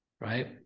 right